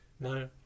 No